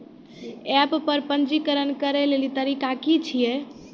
App पर पंजीकरण करै लेली तरीका की छियै?